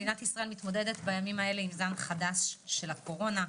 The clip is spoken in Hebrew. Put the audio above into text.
מדינת ישראל מתמודדת בימים האלה עם זן חדש של הקורונה,